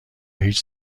هیچ